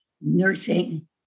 nursing